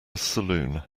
saloon